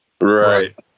Right